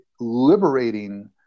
liberating